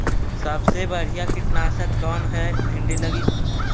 सबसे बढ़िया कित्नासक कौन है भिन्डी लगी?